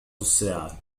الساعة